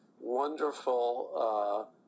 wonderful